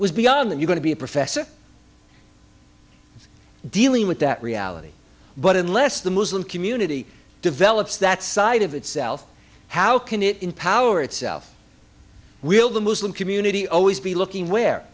was beyond that you going to be a professor dealing with that reality but unless the muslim community develops that side of itself how can it in power itself will the muslim community always be looking where